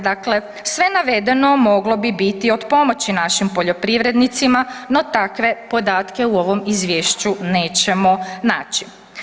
Dakle, sve navedeno moglo bi biti od pomoći našim poljoprivrednicima, no takve podatke u ovom izvješću nećemo naći.